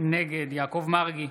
נגד יעקב מרגי,